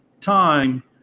time